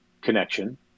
connection